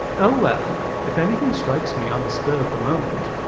oh well if anything strikes me on the spur of the moment.